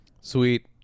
sweet